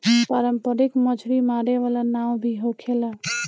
पारंपरिक मछरी मारे वाला नाव भी होखेला